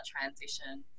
transition